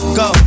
go